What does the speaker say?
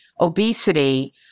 obesity